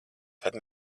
tad